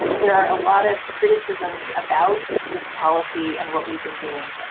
there are a lot of criticisms about this policy and what we've been doing,